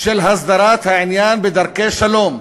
של הסדרת העניין בדרכי שלום,